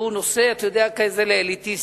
שהוא כזה נושא, אתה יודע, לאליטיסטים,